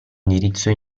indirizzo